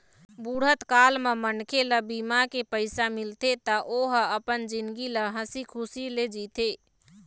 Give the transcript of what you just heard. बुढ़त काल म मनखे ल बीमा के पइसा मिलथे त ओ ह अपन जिनगी ल हंसी खुसी ले जीथे